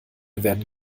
werden